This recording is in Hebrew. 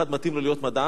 אחד מתאים לו להיות מדען,